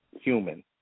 human